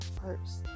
first